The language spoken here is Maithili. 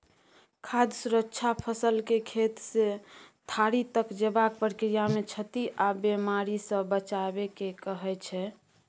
खाद्य सुरक्षा फसलकेँ खेतसँ थारी तक जेबाक प्रक्रियामे क्षति आ बेमारीसँ बचाएब केँ कहय छै